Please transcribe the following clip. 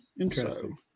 Interesting